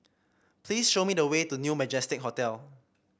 please show me the way to New Majestic Hotel